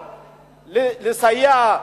שאפשר יהיה לסייע,